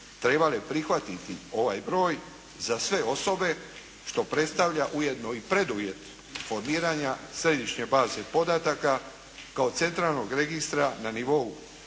trebale prihvatiti ovaj broj za sve osobe, što predstavlja ujedno i preduvjet formiranja središnje baze podataka kao centralnog registra na nivou